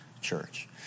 church